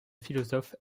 philosophe